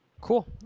Cool